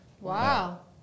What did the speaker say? Wow